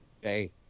Hey